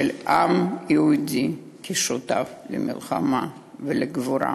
של העם היהודי, כשותף למלחמה ולגבורה.